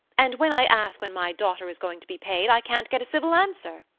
and when i ask when my daughter is going to be paid i can't get a civil answer.